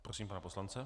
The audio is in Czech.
Prosím pana poslance.